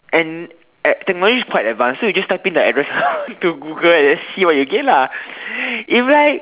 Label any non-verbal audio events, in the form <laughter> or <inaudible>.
and at technology is quite advanced so you just type in the address <laughs> to Google and then see what you get lah if like